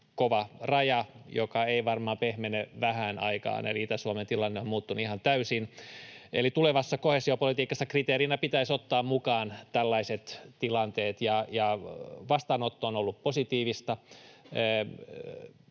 kova raja, joka varmaan ei pehmene vähään aikaan, eli Itä-Suomen tilanne on muuttunut ihan täysin. Tulevassa koheesiopolitiikassa kriteerinä pitäisi ottaa mukaan tällaiset tilanteet, ja vastaanotto on ollut positiivista.